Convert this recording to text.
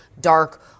dark